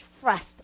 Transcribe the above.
trust